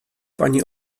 pani